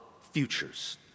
futures